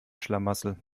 schlamassel